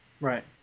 Right